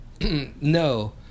No